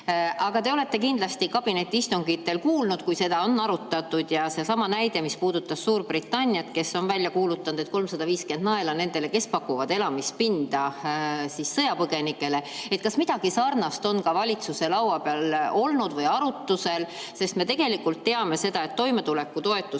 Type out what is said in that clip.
Aga te olete kindlasti kabinetiistungitel kuulnud, kui seda on arutatud. Seesama näide, mis puudutas Suurbritanniat, kes on välja kuulutanud, et 350 naela nendele, kes pakuvad elamispinda sõjapõgenikele. Kas midagi sarnast on ka meie valitsuse laua peal olnud või arutusel? Sest me tegelikult teame seda, et toimetulekutoetus